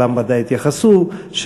כולם ודאי התייחסו לכך,